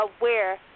aware